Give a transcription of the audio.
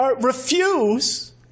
refuse